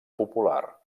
popular